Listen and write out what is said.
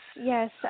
yes